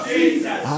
Jesus